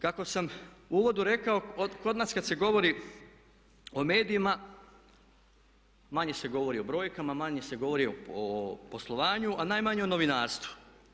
Kako sam u uvodu rekao kod nas kad se govori o medijima manje se govori o brojkama, manje se govori o poslovanju, a najmanje o novinarstvu.